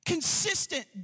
consistent